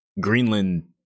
Greenland